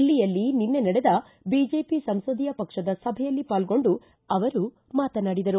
ದಿಲ್ಲಿಯಲ್ಲಿ ನಿನ್ನೆ ನಡೆದ ಬಿಜೆಪಿ ಸಂಸದೀಯ ಪಕ್ಷದ ಸಭೆಯಲ್ಲಿ ಪಾಲ್ಗೊಂಡು ಅವರು ಮಾತನಾಡಿದರು